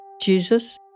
Jesus